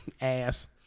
ass